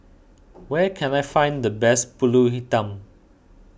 where can I find the best Pulut Hitam